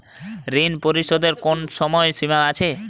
ঋণ পরিশোধের কোনো সময় সীমা আছে?